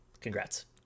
congrats